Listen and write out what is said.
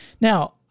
Now